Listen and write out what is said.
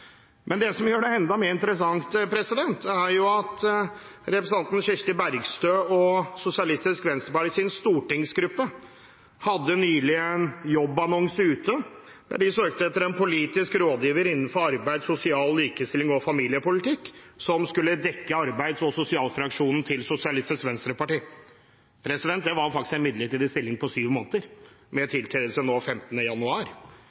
Men det som gjør det enda mer interessant, er at representanten Kirsti Bergstø – Sosialistisk Venstrepartis stortingsgruppe – nylig hadde en jobbannonse ute der de søkte etter en politisk rådgiver innenfor arbeid, sosial likestilling og familiepolitikk, som skulle dekke arbeids- og sosialfraksjonen til Sosialistisk Venstreparti. Det var en midlertidig stilling på syv måneder, med tiltredelse 15. januar.